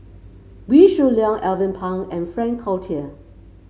Wee Shoo Leong Alvin Pang and Frank Cloutier